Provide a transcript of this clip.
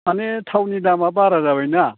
माने थावनि दामा बारा जाबायना